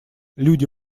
люди